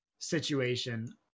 situation